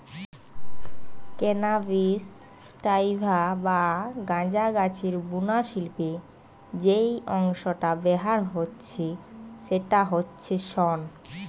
cannabis sativa বা গাঁজা গাছের বুনা শিল্পে যেই অংশটা ব্যাভার হচ্ছে সেইটা হচ্ছে শন